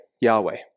Yahweh